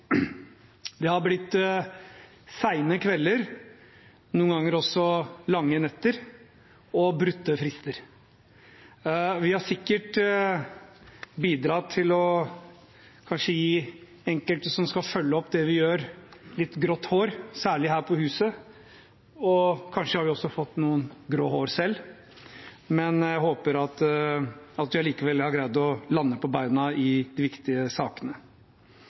Det har blitt seine kvelder, noen ganger også lange netter og brutte frister. Vi har sikkert bidratt til kanskje å gi enkelte som skal følge opp det vi gjør, litt grått hår, særlig her på huset, og kanskje har vi også fått noen grå hår selv, men jeg håper vi allikevel har greid å lande på beina i de viktige sakene.